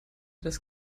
das